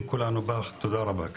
כולנו גאים בך, תודה רבה.